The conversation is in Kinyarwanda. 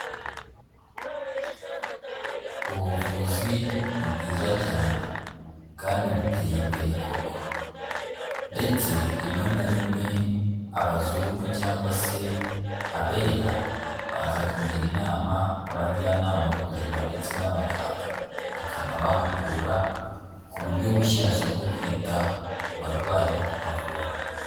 Ubuvuzi ni bwiza cyane kandi buteye imbere koko ndetse rimwe na rimwe abazungu cyangwa se abera baza kugira inama abajyanama b'ubuzima ndetse n'abaganga. Bakanabahugura ku buryo bushyashya bwo kwita ku barwayi no kubavura.